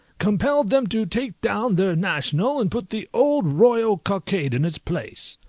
compelled them to take down their national, and put the old royal cockade in its place.